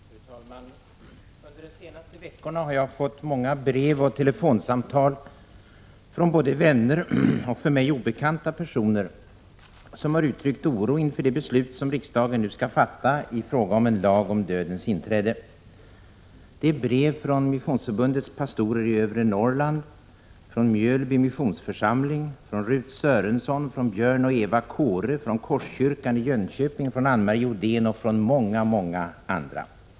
Fru talman! Under de senaste veckorna har jag fått många brev och telefonsamtal från både vänner och för mig obekanta personer, som uttryckt oro inför det beslut som riksdagen nu skall fatta i frågan om en lag om dödens inträde. Det är brev från Missionsförbundets pastorer i övre Norrland, från Mjölby Missionsförsamling, från Ruth Sörenson, från Björn och Eva Kåhre, från Korskyrkan i Jönköping, från Anne-Marie Odén och från många, många andra.